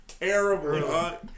terrible